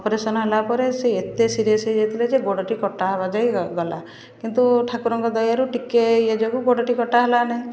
operation ହେଲାପରେ ସେ ଏତେ ସିରିଏସ୍ ହେଇଯାଇଥିଲେ ଯେ ଗୋଡ଼ଟି କଟା ହେବା ଯାଏ ଗଲା କିନ୍ତୁ ଠାକୁରଙ୍କ ଦୟାରୁ ଟିକେ ଇଏ ଯୋଗୁଁ ଗୋଡ଼ଟି କଟା ହେଲାନାହିଁ